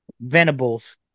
venables